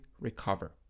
recover